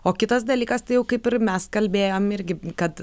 o kitas dalykas tai jau kaip ir mes kalbėjom irgi kad